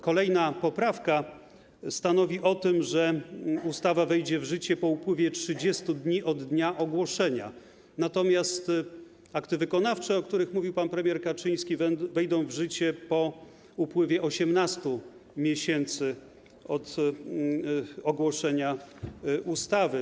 Kolejna poprawka stanowi o tym, że ustawa wejdzie w życie po upływie 30 dni od dnia ogłoszenia, natomiast akty wykonawcze, o których mówił pan premier Kaczyński, wejdą w życie po upływie 18 miesięcy od dnia ogłoszenia ustawy.